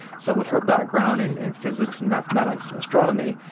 so with her background in and physics and mathematics and astronomy,